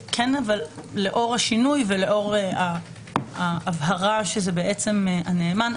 לאור השינוי ולאור ההבהרה שזה בעצם הנאמן,